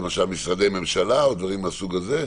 למשל משרדי ממשלה או דברים מהסוג הזה?